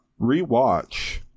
rewatch